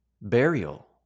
burial